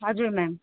हजुर म्याम